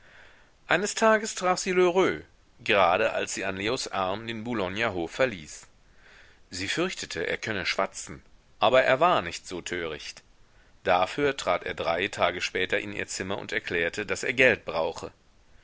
eines tages traf sie lheureux gerade als sie an leos arm den boulogner hof verließ sie fürchtete er könne schwatzen aber er war nicht so töricht dafür trat er drei tage später in ihr zimmer und erklärte daß er geld brauche